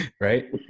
right